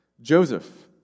Joseph